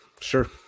Sure